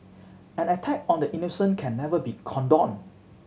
an attack on the innocent can never be condoned